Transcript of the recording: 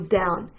down